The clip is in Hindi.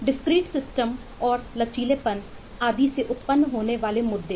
डिस्क्रीट सिस्टम और लचीलेपन आदि से उत्पन्न होने वाले मुद्दे